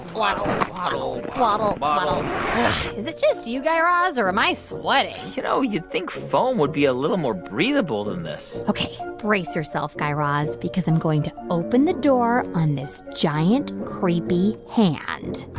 waddle, waddle, waddle, waddle, waddle is it just you, guy raz, or am i sweating? you know, you'd think foam would be a little more breathable than this ok. brace yourself, guy raz, because i'm going to open the door on this giant, creepy hand